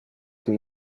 que